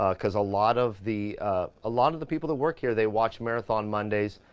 ah cause a lot of the a lot of the people that work here, they watch marathon mondays.